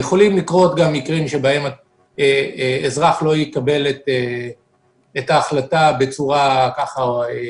יכולים לקרות גם מקרים שבהם אזרח לא יקבל את ההחלטה בצורה תקינה,